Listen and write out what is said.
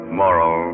moral